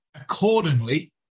accordingly